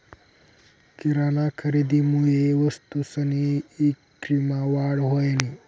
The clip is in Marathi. किराना खरेदीमुये वस्तूसनी ईक्रीमा वाढ व्हयनी